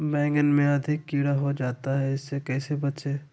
बैंगन में अधिक कीड़ा हो जाता हैं इससे कैसे बचे?